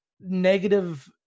negative